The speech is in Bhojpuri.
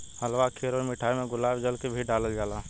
हलवा खीर अउर मिठाई में गुलाब जल के भी डलाल जाला